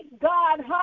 God